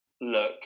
Look